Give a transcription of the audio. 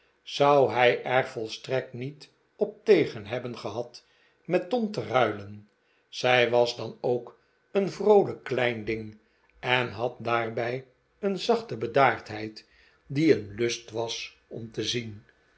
zou hij er volstrekt niet op tegen hebben gehad met tom te ruilen zij was dan ook een vroolijk klein ding en had daarbij een zachte bedaardheid die een lust was om te zien